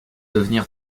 devenir